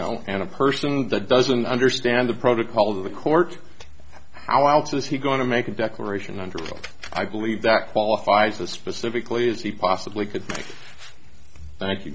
know and a person with that doesn't understand the protocol of the court how is he going to make a declaration under i believe that qualifies as specifically as he possibly could thank you